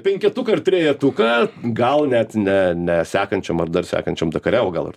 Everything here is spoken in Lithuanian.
penketuką ir trejetuką gal net ne ne sekančiam ar dar sekančiam dakare o gal ir